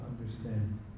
understand